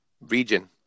Region